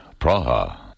Praha